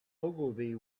ogilvy